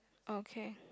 okay